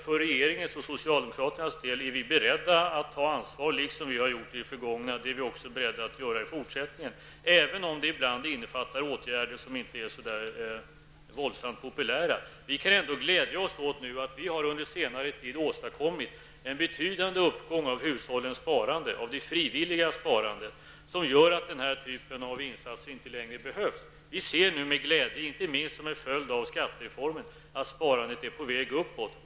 För regeringens och socialdemokraternas del är vi beredda att ta ansvar i framtiden på samma sätt som vi har gjort tidigare, även om det ibland innefattar åtgärder som inte är särskilt populära. Vi kan nu ändå glädja oss åt att vi under senare tid har åstadkommit en betydande uppgång av hushållens sparande, av det frivilliga sparandet, som medför att den här typen av insatser inte längre behövs. Vi ser nu med glädje att sparandet, inte minst som en följd av skattereformen, är på väg uppåt.